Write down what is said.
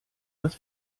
das